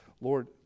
Lord